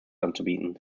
anzubieten